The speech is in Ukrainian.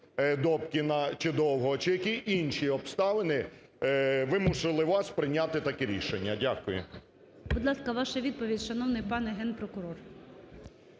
Добкіна чи Довгого, чи які інші обставини вимусили вас прийняти таке рішення? Дякую. ГОЛОВУЮЧИЙ. Будь ласка, ваша відповідь, шановний пан Генпрокурор.